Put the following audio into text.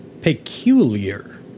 peculiar